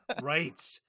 right